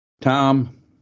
tom